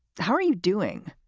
how are you doing?